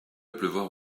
pleuvoir